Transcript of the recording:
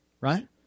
right